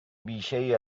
بیشهای